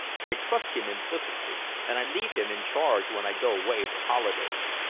i trust him implicitly, and i leave him in charge when i go away for holidays.